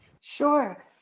Sure